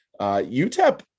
UTEP